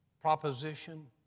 proposition